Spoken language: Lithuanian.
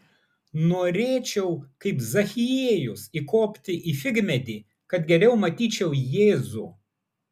norėčiau kaip zachiejus įkopti į figmedį kad geriau matyčiau jėzų